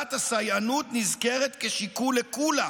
עובדת הסייענות נזכרת כשיקול לקולא